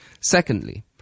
Secondly